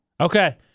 Okay